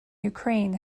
ukraine